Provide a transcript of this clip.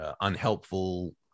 unhelpful